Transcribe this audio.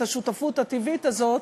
את השותפות הטבעית הזאת,